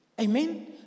Amen